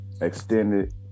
extended